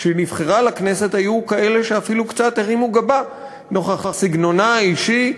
כשהיא נבחרה לכנסת היו כאלה שאפילו קצת הרימו גבה נוכח סגנונה האישי,